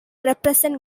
represents